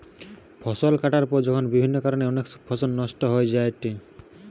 ফসল কাটার পর যখন বিভিন্ন কারণে অনেক ফসল নষ্ট হয়ে যায়েটে